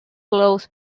close